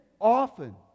often